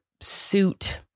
suit